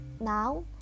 now